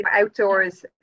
outdoors